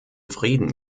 frieden